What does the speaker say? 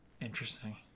Interesting